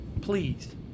please